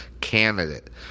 candidate